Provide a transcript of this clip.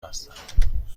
هستم